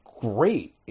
great